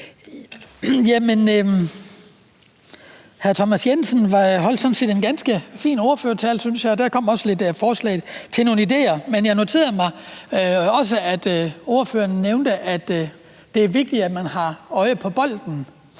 Tak. Hr. Thomas Jensen holdt sådan set en ganske fin ordførertale, synes jeg, og der kom også lidt forslag til nogle ideer. Men jeg noterede mig også, at ordføreren nævnte, at det er vigtigt, at man har øje på bolden